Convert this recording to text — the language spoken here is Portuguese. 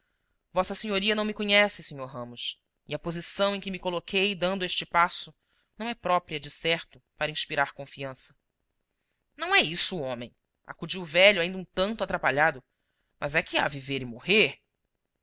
a não me conhece sr ramos e a posição em que me coloquei dando este passo não é própria decerto para inspirar confiança não é isso homem acudiu o velho ainda um tanto atrapalhado mas é que há viver e morrer